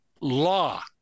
law